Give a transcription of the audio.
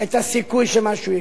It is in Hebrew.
את הסיכוי שמשהו יקרה.